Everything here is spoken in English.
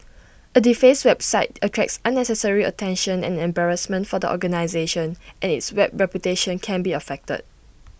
A defaced website attracts unnecessary attention and embarrassment for the organisation and its web reputation can be affected